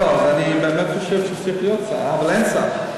לא, אז אני באמת חושב שצריך להיות שר, אבל אין שר.